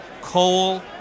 coal